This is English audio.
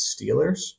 Steelers